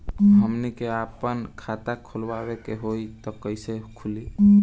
हमनी के आापन खाता खोलवावे के होइ त कइसे खुली